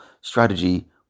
strategy